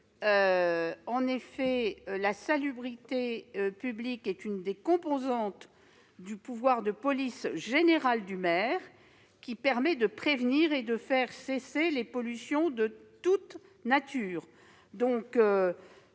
puisque la salubrité publique est l'une des composantes du pouvoir de police générale du maire, qui l'autorise justement à prévenir et à faire cesser les pollutions de toute nature.